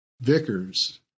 Vickers